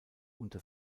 unter